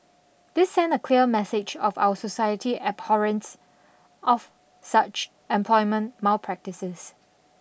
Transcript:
this send a clear message of our society's abhorrence of such employment malpractices